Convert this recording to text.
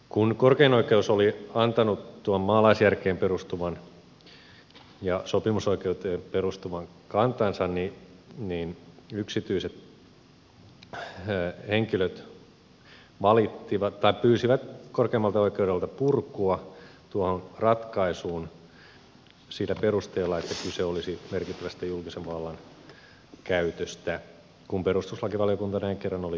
kun korkein oikeus oli antanut tuon maalaisjärkeen ja sopimusoikeuteen perustuvan kantansa niin yksityiset henkilöt pyysivät korkeimmalta oikeudelta purkua tuohon ratkaisuun sillä perusteella että kyse olisi merkittävästä julkisen vallan käytöstä kun perustuslakivaliokunta näin kerran oli todennut